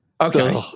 Okay